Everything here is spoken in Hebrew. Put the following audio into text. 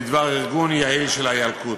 בדבר ארגון יעיל של הילקוט.